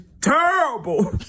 terrible